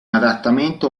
adattamento